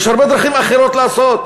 יש הרבה דרכים אחרות לעשות.